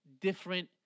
different